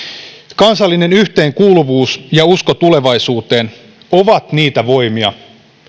kansallinen yhteenkuuluvuus ja usko tulevaisuuteen ovat niitä voimia